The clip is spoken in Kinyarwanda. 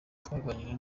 twaganiriye